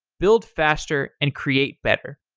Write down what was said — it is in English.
build faster and create better.